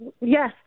Yes